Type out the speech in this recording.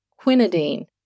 quinidine